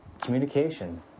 communication